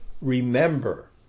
remember